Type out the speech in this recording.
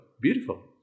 beautiful